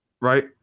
right